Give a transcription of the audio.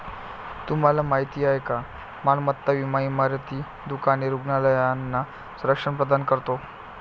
तुम्हाला माहिती आहे का मालमत्ता विमा इमारती, दुकाने, रुग्णालयांना संरक्षण प्रदान करतो